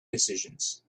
decisions